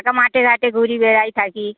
একটা মাঠে ঘাটে ঘুরি বেড়াই থাকি